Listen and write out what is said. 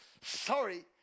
sorry